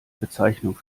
bezeichnung